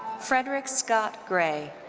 frederick scott gray.